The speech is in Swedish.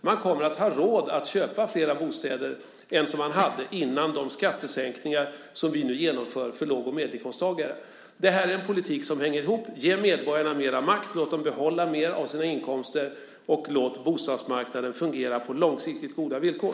Man kommer att ha råd att köpa flera bostäder än vad man hade före de skattesänkningar som vi nu genomför för låg och medelinkomsttagare. Det här är en politik som hänger ihop - ge medborgarna mer makt, låt dem behålla mer av sina inkomster och låt bostadsmarknaden fungera på långsiktigt goda villkor!